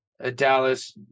Dallas